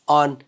on